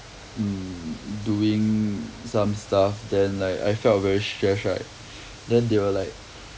doing some stuff then like I felt very stress right then they will like